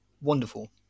wonderful